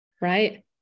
Right